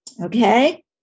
okay